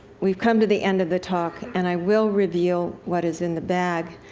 we've come to the end of the talk, and i will reveal what is in the bag,